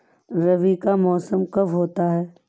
रबी का मौसम कब होता हैं?